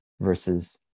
versus